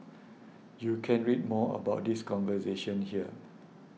you can read more about this conversion here